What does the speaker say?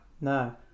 No